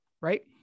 Right